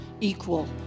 equal